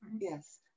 Yes